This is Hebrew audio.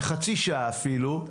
לחצי שעה אפילו,